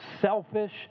selfish